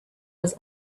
was